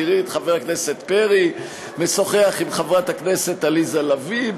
תראי את חבר הכנסת פרי משוחח עם חברת הכנסת עליזה לביא,